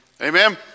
Amen